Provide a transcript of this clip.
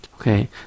Okay